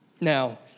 Now